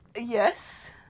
Yes